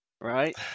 Right